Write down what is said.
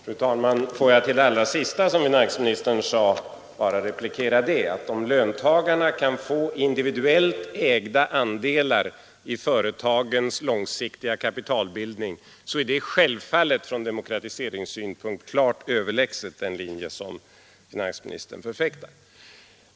Fru talman! Får jag på det allra sista som finansministern sade bara replikera, att om löntagarna kan få individuellt ägda andelar i företagens långsiktiga kapitalbildning är det självfallet från fördelningssynpunkt klart överlägset den linje som finansministern förfäktar.